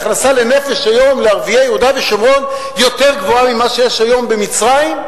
ההכנסה לנפש היום לערביי יהודה ושומרון יותר גבוהה ממה שיש היום במצרים,